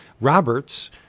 Roberts